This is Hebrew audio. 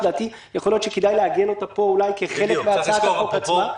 לדעתי, כדאי לעגן אותה כחלק מהצעת החוק עצמה.